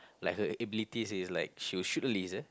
like her ability is is like she will shoot a laser